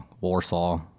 Warsaw